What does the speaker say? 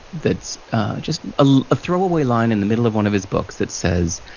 that's just a throwaway line in the middle of one of his books, that says,